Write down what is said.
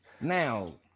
now